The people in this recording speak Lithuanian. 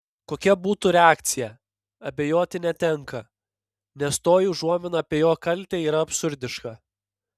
kokia būtų reakcija abejoti netenka nes toji užuomina apie jo kaltę yra absurdiška